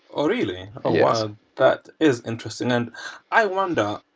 ah really? ah yes ah that is interesting. and i wonder,